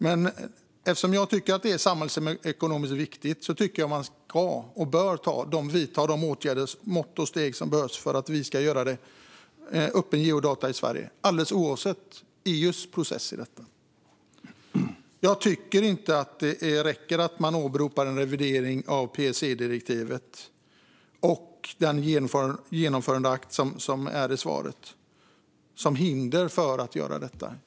Men eftersom jag tycker att detta är samhällsekonomiskt viktigt tycker jag att man ska vidta de åtgärder, mått och steg som behövs för att vi ska ha öppna geodata i Sverige, alldeles oavsett EU:s process i detta. Jag tycker inte att det räcker att åberopa en revidering av PSI-direktivet och den genomförandeakt som nämns i svaret som hinder för att göra detta.